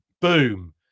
Boom